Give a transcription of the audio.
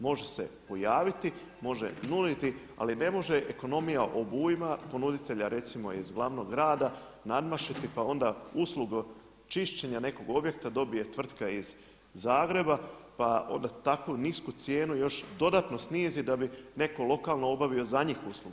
Može se pojaviti, može nuditi, ali ne može ekonomija obujma ponuditelja recimo iz glavnog grada nadmašiti, pa onda uslugu čišćenja nekog objekta dobije tvrtka iz Zagreba, pa onda tako nisku cijenu još dodatno snizi da bi netko lokalno obavio za njih uslugu.